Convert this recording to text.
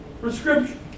prescription